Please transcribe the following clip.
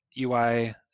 UI